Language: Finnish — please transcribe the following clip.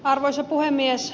arvoisa puhemies